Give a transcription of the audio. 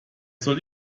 soll